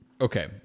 okay